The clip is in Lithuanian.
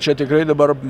čia tikrai dabar